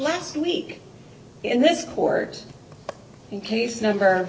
last week in this court case number